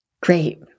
Great